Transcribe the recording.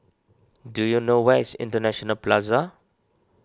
do you know where is International Plaza